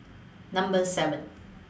Number seven